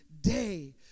day